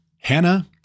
Hannah